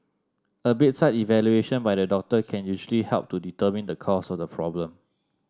a bedside evaluation by the doctor can usually help to determine the cause of the problem